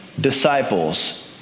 disciples